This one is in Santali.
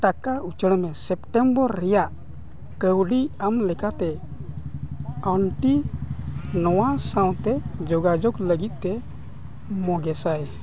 ᱴᱟᱠᱟ ᱩᱪᱟᱹᱲ ᱢᱮ ᱥᱮᱯᱴᱮᱢᱵᱚᱨ ᱨᱮᱭᱟᱜ ᱠᱟᱹᱣᱰᱤ ᱮᱢ ᱞᱮᱠᱟᱛᱮ ᱟᱢ ᱠᱤ ᱱᱚᱣᱟ ᱥᱟᱶ ᱛᱮ ᱡᱳᱜᱟᱡᱳᱜᱽ ᱞᱟᱹᱜᱤᱫ ᱛᱮ ᱢᱚᱜᱮ ᱥᱟᱭ